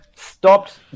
Stopped